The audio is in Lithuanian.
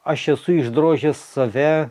aš esu išdrožęs save